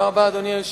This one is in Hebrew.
תודה רבה, אדוני